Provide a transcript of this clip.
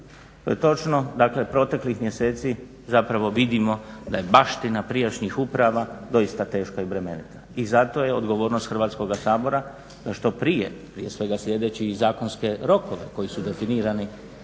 To je točno. Dakle, proteklih mjeseci zapravo vidimo da je baština prijašnjih uprava doista teška i bremenita. I zato je odgovornost Hrvatskoga sabora da što prije, prije svega slijedeći i zakonske rokove koji su definirani,